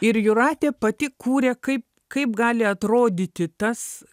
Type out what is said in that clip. ir jūratė pati kūrė kaip kaip gali atrodyti tas